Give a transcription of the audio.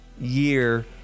year